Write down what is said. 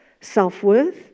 Self-worth